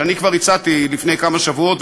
שאני כבר הצעתי לפני כמה שבועות,